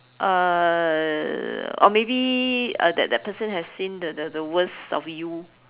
uh or maybe uh that that person has seen the the the worst of you